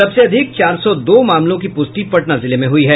सबसे अधिक चार सौ दो मामलों की पुष्टि पटना जिले में हुई है